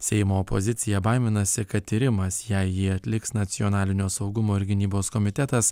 seimo opozicija baiminasi kad tyrimas jei jį atliks nacionalinio saugumo ir gynybos komitetas